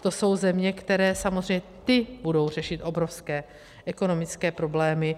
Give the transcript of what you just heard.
To jsou země, které samozřejmě, ty budou řešit obrovské ekonomické problémy.